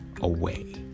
away